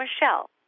Michelle